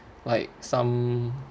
like some